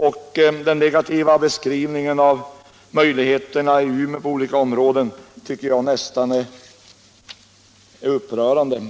Och den negativa beskrivningen av möjligheterna att förlägga den till Umeå tycker jag är nästan upprörande.